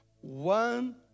one